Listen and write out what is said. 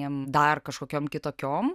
jam dar kažkokiom kitokiom